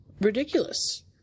ridiculous